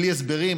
בלי הסברים,